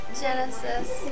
Genesis